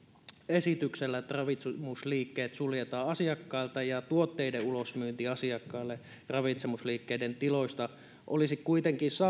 esityksellä että ravitsemusliikkeet suljetaan asiakkailta tuotteiden ulosmyynti asiakkaille ravitsemusliikkeiden tiloista olisi kuitenkin